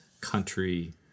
country